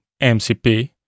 MCP